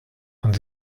und